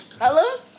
Hello